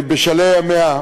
בשלהי ימיה,